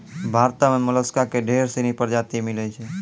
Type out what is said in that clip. भारतो में मोलसका के ढेर सिनी परजाती मिलै छै